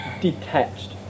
detached